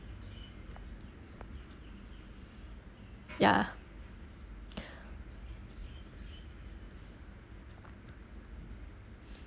ya